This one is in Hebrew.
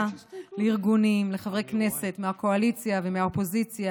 לארגונים וחברי הכנסת מהקואליציה ומהאופוזיציה.